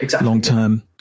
long-term